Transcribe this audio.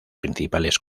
principales